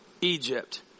Egypt